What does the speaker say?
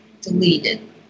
deleted